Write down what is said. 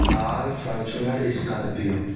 Thar Fortuner scorpio